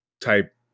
type